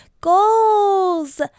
goals